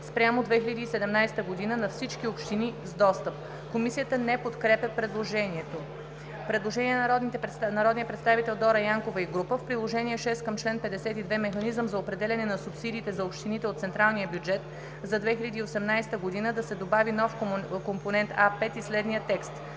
спрямо 2017 г. на всички общини с достъп.“ Комисията не подкрепя предложението. Предложение на народния представител Дора Янкова и група народни представители: „В Приложение № 6 към чл. 52 Механизъм за определяне на субсидиите за общините от централния бюджет за 2018 г. да се добави нов компонент А5 и следния текст: